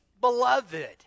beloved